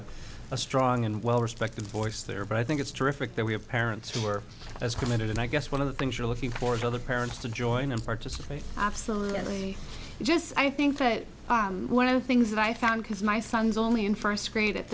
have a strong and well respected voice there but i think it's terrific that we have parents who are as committed and i guess one of the things you're looking for the parents to join and participate absolutely just i think that one of the things that i found because my son's only in first grade at